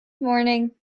morning